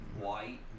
White